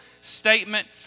statement